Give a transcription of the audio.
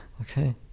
Okay